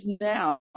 now